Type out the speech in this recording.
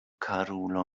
karulo